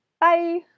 Bye